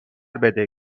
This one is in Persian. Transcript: بده